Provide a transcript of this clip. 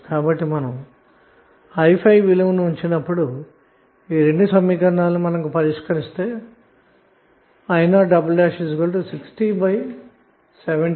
కాబట్టిమనము i5 విలువను ఉంచి ఈ రెండు సమీకరణాలు పరిష్కరిస్తే i0 6017A లభిస్తుంది